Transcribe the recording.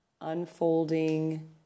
unfolding